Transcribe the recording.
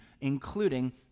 including